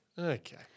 Okay